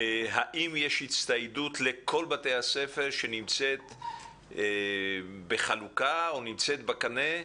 האם יש הצטיידות לכל בתי הספר שנמצאת בחלוקה או נמצאת בקנה,